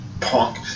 punk